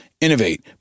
innovate